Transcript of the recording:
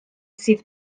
sydd